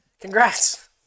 Congrats